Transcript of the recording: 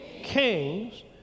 Kings